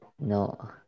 No